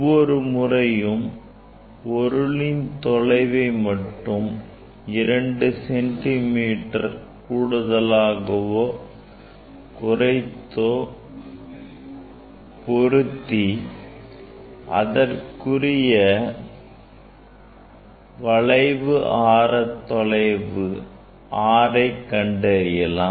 ஒவ்வொரு முறையும் பொருளின் தொலைவை மட்டும் இரண்டு சென்டிமீட்டர் கூடுதலாகவோ குறைத்தோ பொருத்தி அதற்குரிய வளைவு ஆரத்தொலைவு R கண்டறியலாம்